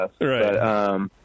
Right